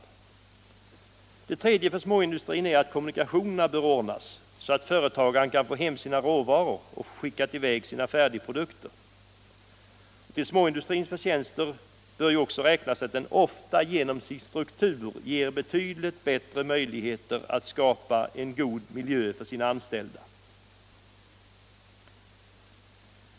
Det tredje önskemålet för småindustrins del är att kommunikationerna bör ordnas så att företagaren kan få hem sina råvaror och skicka i väg sina färdigprodukter. Till småindustrins förtjänster bör också räknas att den ofta genom sin struktur ger betydligt bättre möjligheter att skapa en god miljö för sina anställda.